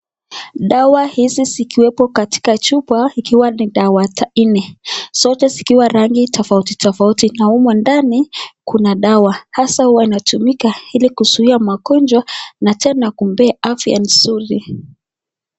Dawa hizi zikiwepo katika chupa ikiwa ni dawa nne, zote zikiwa rangi tofauti tofauti na humo ndani kuna dawa, hasa huwa inatumika ili kuzuia magonjwa na tena kumpee afya nzuri.